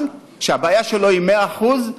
אחד שהבעיה שלו היא מאה אחוז,